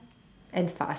and fast food